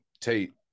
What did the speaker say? tate